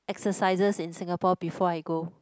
exercises in Singapore before I go